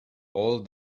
all